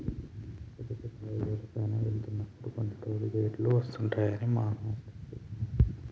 పెద్ద పెద్ద హైవేల పైన వెళ్తున్నప్పుడు కొన్ని టోలు గేటులుంటాయని మా మేష్టారు జెప్పినారు